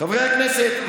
חברי הכנסת,